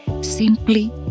simply